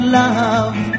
love